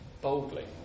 boldly